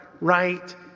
right